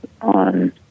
on